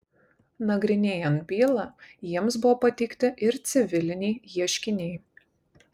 nagrinėjant bylą jiems buvo pateikti ir civiliniai ieškiniai